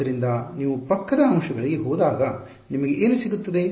ಆದ್ದರಿಂದ ನೀವು ಪಕ್ಕದ ಅಂಶಗಳಿಗೆ ಹೋದಾಗ ನಿಮಗೆ ಏನು ಸಿಗುತ್ತದೆ